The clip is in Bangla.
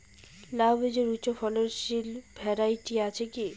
লাউ বীজের উচ্চ ফলনশীল ভ্যারাইটি আছে কী?